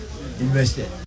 invested